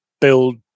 build